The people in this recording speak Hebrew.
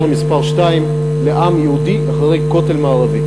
מספר שתיים לעם היהודי אחרי הכותל המערבי.